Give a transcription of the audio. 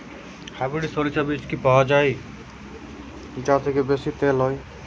Hybrid শরিষা বীজ কি পাওয়া য়ায় যা থেকে বেশি তেল হয়?